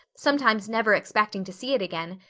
sometimes never expecting to see it again,